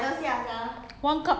mm